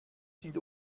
sind